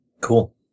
Cool